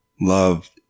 love